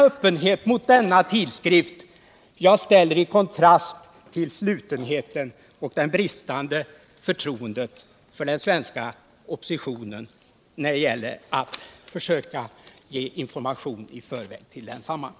Öppenheten mot denna tidskrift ställer jag i kontrast mot den slutenhet och det bristande förtroende för den svenska oppositionen som har dokumenterats när det gäller att försöka ge information åt den om devalveringen i förväg.